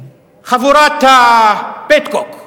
חבורת ה"פטקוק".